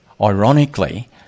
Ironically